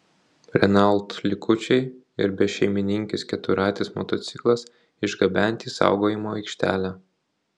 renault likučiai ir bešeimininkis keturratis motociklas išgabenti į saugojimo aikštelę